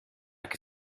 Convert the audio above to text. que